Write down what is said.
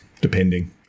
depending